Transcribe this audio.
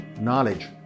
knowledge